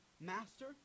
master